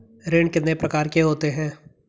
ऋण कितने प्रकार के होते हैं?